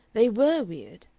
they were weird.